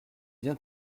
bien